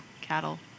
cattle